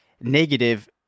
negative